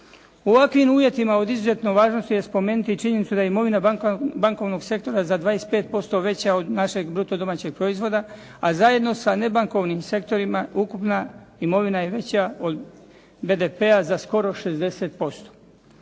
U ovakvim uvjetima od izuzetne važnosti je spomenuti i činjenicu da je imovina bankovnog sektora za 25% veća od našeg bruto domaćeg proizvoda, a zajedno sa nebankovnim sektorima ukupna imovina je veća od BDP-a za skoro 60%.